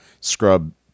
scrub